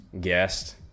guest